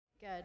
Good